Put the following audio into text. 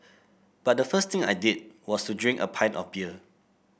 but the first thing I did was to drink a pint of beer